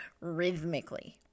rhythmically